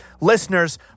Listeners